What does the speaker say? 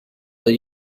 will